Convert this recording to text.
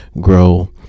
grow